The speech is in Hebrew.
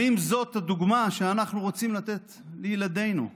האם זאת הדוגמה שאנחנו רוצים לתת לילדינו?